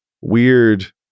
weird